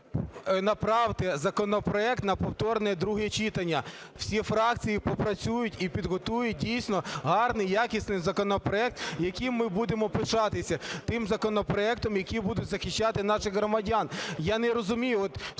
Я не розумію,